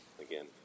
Again